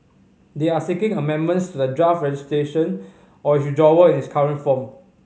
they are seeking amendments to the draft legislation or withdrawal in its current form